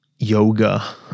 Yoga